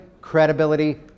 credibility